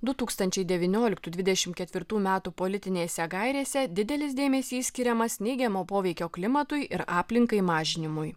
du tūkstančiai devynioliktų dvidešim ketvirtų metų politinėse gairėse didelis dėmesys skiriamas neigiamo poveikio klimatui ir aplinkai mažinimui